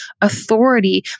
authority